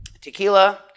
tequila